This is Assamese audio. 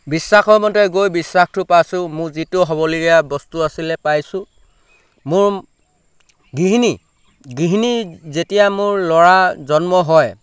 বিশ্বাসৰ মতে গৈ বিশ্বাসটো পাইছোঁ মোৰ যিটো হ'বলগীয়া বস্তু আছিলে পাইছোঁ মোৰ গৃহিণী গৃহিণী যেতিয়া মোৰ ল'ৰা জন্ম হয়